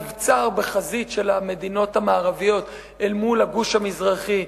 מבצר בחזית של המדינות המערביות אל מול הגוש המזרחי,